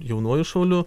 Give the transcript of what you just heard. jaunuoju šauliu